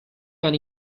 can